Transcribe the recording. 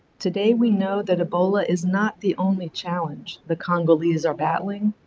today we know that ebola is not the only challenge the congo leaders are battling,